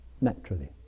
naturally